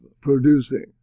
producing